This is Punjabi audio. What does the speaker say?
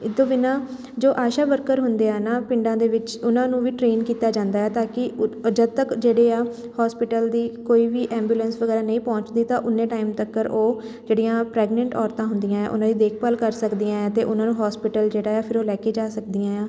ਇਹ ਤੋਂ ਬਿਨਾਂ ਜੋ ਆਸ਼ਾ ਵਰਕਰ ਹੁੰਦੇ ਹੈ ਨਾ ਪਿੰਡਾਂ ਦੇ ਵਿੱਚ ਉਹਨਾਂ ਨੂੰ ਵੀ ਟ੍ਰੇਨ ਕੀਤਾ ਜਾਂਦਾ ਹੈ ਤਾਂ ਕਿ ਉ ਜਦੋਂ ਤੱਕ ਜਿਹੜੇ ਆ ਹੋਸਪਿਟਲ ਦੀ ਕੋਈ ਵੀ ਐਬੂਲੈਂਸ ਵਗੈਰਾ ਨਹੀਂ ਪਹੁੰਚਦੀ ਤਾਂ ਉੱਨੇ ਟਾਈਮ ਤੱਕ ਉਹ ਜਿਹੜੀਆਂ ਪ੍ਰੈਗਨੈਂਟ ਔਰਤਾਂ ਹੁੰਦੀਆਂ ਹੈ ਉਹਨਾਂ ਦੀ ਦੇਖਭਾਲ ਕਰ ਸਕਦੀਆਂ ਹੈ ਅਤੇ ਉਹਨਾਂ ਨੂੰ ਹੋਸਪਿਟਲ ਜਿਹੜਾ ਹੈ ਫਿਰ ਉਹ ਲੈ ਕੇ ਜਾ ਸਕਦੀਆਂ ਹੈ ਆ